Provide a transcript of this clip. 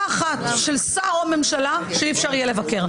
אחת של שר או ממשלה שאי אפשר יהיה לבקר,